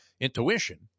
intuition